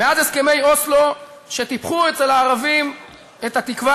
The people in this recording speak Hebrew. מאז הסכמי אוסלו שטיפחו אצל הערבים את התקווה